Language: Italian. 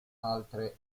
altre